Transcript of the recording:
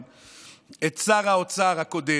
את שר האוצר הקודם,